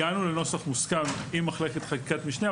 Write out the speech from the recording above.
הגענו לנוסח מוסכם עם מחלקת חקיקה משנה,